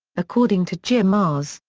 according to jim marrs,